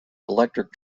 electric